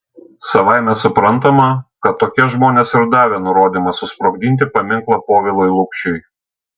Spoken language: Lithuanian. savaime suprantama kad tokie žmonės ir davė nurodymą susprogdinti paminklą povilui lukšiui